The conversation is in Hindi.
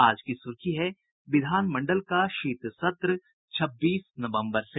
आज की सुर्खी है विधानमंडल का शीत सत्र छब्बीस नवम्बर से